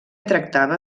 tractava